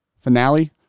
Finale